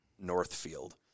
Northfield